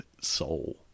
soul